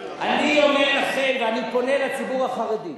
אני אומר לכם, ואני פונה לציבור החרדי: